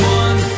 one